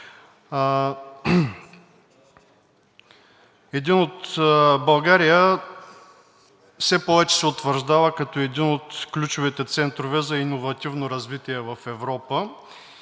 страната. България все повече се утвърждава като един от ключовите центрове за иновативно развитие в Европа